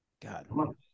God